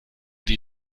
die